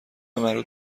مربوط